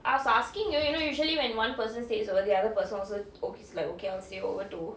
I was asking you you know usually when one person stays over the other person also is like okay I'll stay over too